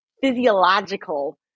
physiological